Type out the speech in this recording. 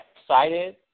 excited